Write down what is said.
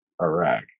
Iraq